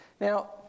Now